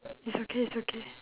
it's okay it's okay